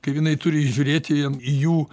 kaip jinai turi žiūrėti į jų